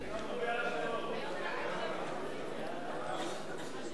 ההצעה להעביר את הצעת חוק סיוע